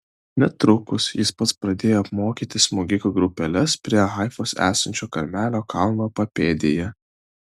netrukus jis pats pradėjo apmokyti smogikų grupeles prie haifos esančio karmelio kalno papėdėje